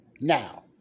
Now